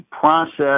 process